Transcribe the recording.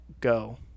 go